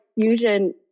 fusion